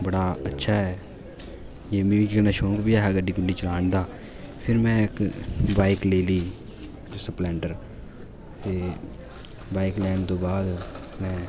बड़ा अच्छा ऐ मि शौक बी ऐ हा गड्डी गुड्डी चलाने दा फिर मैं इक बाइक लेई लेई सप्लैंडर ते बाइक लैने दे बाद मैं